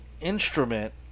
instrument